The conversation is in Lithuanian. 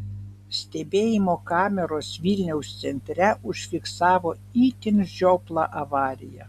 stebėjimo kameros vilniaus centre užfiksavo itin žioplą avariją